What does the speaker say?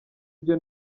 byo